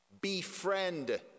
befriend